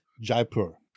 Jaipur